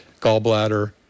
gallbladder